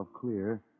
clear